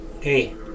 Hey